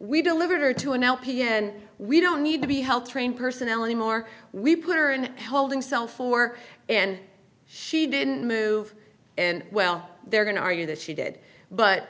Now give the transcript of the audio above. we deliver to an lpn we don't need to be helped train personnel anymore we put her in a holding cell for and she didn't move and well they're going to argue that she did but